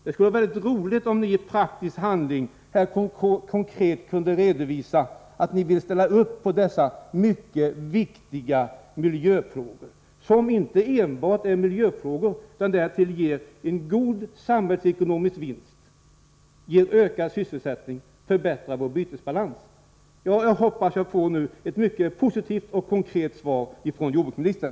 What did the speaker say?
Det skulle vara roligt om ni i praktisk handling konkret kunde visa att ni ställer upp på dessa mycket viktiga miljöfrågor, som därtill ger en god samhällsekonomisk vinst, ger ökad sysselsättning och förbättrar vår bytesbalans. Jag hoppas att jag nu får en mycket positivt och konkret svar från jordbruksministern.